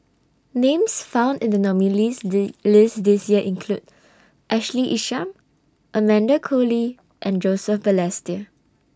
Names found in The nominees' Z list This Year include Ashley Isham Amanda Koe Lee and Joseph Balestier